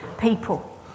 people